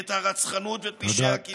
את הרצחנות ואת פשעי הכיבוש.